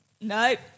Nope